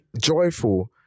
joyful